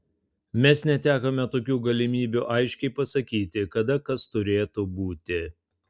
mes netekome tokių galimybių aiškiai pasakyti kada kas turėtų būti